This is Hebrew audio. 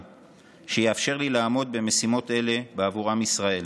שיאפשר לי לעמוד במשימות אלה בעבור עם ישראל.